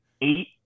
eight